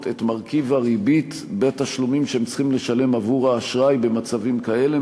את מרכיב הריבית בתשלומים שהם צריכים לשלם עבור האשראי במצבים כאלה,